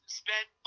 spent